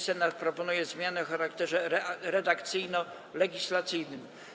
Senat proponuje zmianę o charakterze redakcyjno-legislacyjnym.